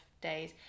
days